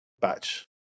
batch